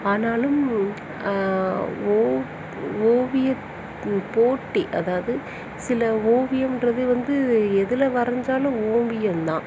ஆனாலும் ஓ ஓவியப்போட்டி அதாவது சில ஓவியம்ன்றதே வந்து எதில் வரைஞ்சாலும் ஓவியம் தான்